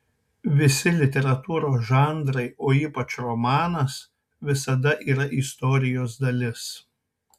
visi literatūros žanrai o ypač romanas visada yra istorijos dalis